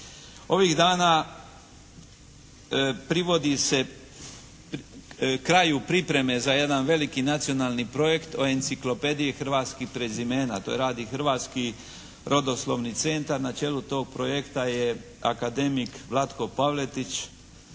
Ovih dana privodi se kraju pripreme za jedan veliki nacionalni projekt o "Enciklopediji hrvatskih prezimena", to radi Hrvatski rodoslovni centar. Na čelu tog projekta je akademik Vlatko Pavletić.